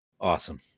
awesome